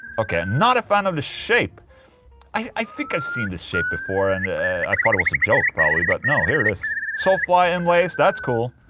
ok, not a fan of the shape i think i've seen this shape before and i thought it was a joke probably, but no, here it is soulfly inlays, that's cool